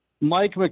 Mike